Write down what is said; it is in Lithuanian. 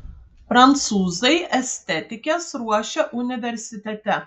prancūzai estetikes ruošia universitete